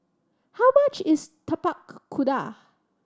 how much is Tapak Kuda